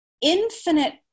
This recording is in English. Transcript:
infinite